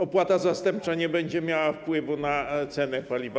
Opłata zastępcza nie będzie miała wpływu na cenę paliwa.